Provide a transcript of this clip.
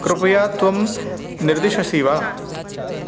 कृपया त्वं निर्दिशसि वा